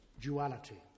duality